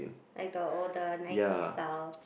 like the older ninety style